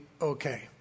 okay